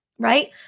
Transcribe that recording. Right